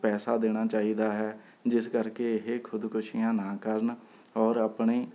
ਪੈਸਾ ਦੇਣਾ ਚਾਹੀਦਾ ਹੈ ਜਿਸ ਕਰਕੇ ਇਹ ਖੁਦਕੁਸ਼ੀਆਂ ਨਾ ਕਰਨ ਔਰ ਆਪਣੇ